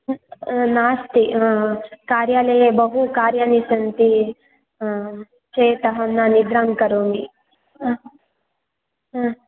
नास्ति कार्यालये बहु कार्याणि सन्ति आं एकः न निद्रां करोमि हा हा